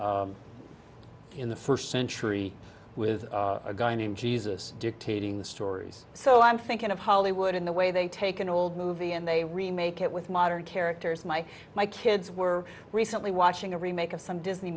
in in the first century with a guy named jesus dictating the stories so i'm thinking of hollywood in the way they take an old movie and they remake it with modern characters my my kids were recently watching a remake of some disney